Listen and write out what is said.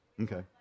Okay